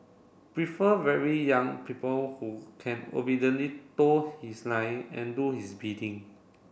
prefer very young people who can obediently toe his line and do his bidding